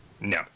No